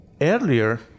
earlier